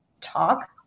talk